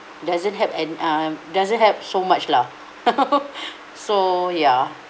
doesn't have and uh doesn't have so much lah so ya